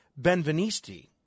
Benvenisti